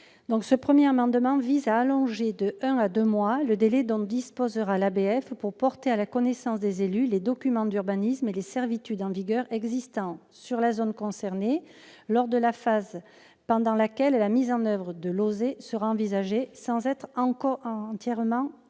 Ce premier amendement vise à allonger d'un à deux mois le délai dont disposera l'ABF pour porter à la connaissance des élus les documents d'urbanisme et les servitudes en vigueur existant sur la zone concernée, lors de la phase pendant laquelle la mise en oeuvre de l'OSER sera envisagée, sans être encore entérinée.